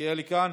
מלכיאלי כאן?